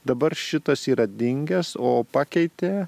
dabar šitas yra dingęs o pakeitė